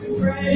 pray